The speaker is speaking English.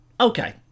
okay